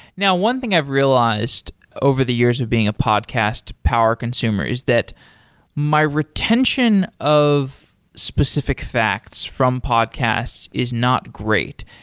now, one thing i've realized over the years of being a podcast power consumer is that my retention of specific facts from podcasts is not great,